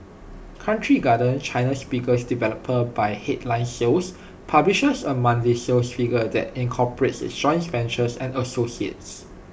country garden China's biggest developer by headline sales publishes A monthly sales figure that incorporates its joint ventures and associates